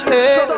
Hey